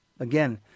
Again